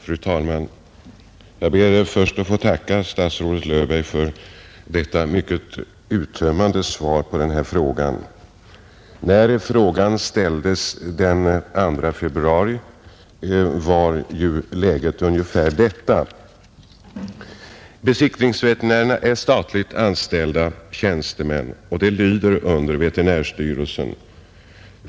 Fru talman! Jag ber först att få tacka statsrådet Löfberg för hans mycket uttömmande svar på min fråga. När frågan ställdes den 2 februari var läget ungefär detta: Besiktningsveterinärerna är statligt anställda tjänstemän och lyder under veterinärstyrelsen.